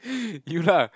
you lah